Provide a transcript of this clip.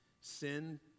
Sin